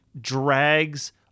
drags